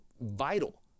vital